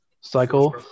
cycle